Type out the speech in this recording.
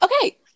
Okay